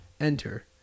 enter